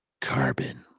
carbon